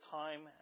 time